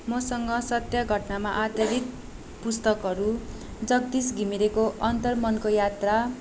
मसँग सत्य घटनामा आधारित पुस्तकहरू जगदिश घिमिरेको अन्तरमनको यात्रा